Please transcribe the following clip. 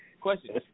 question